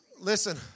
Listen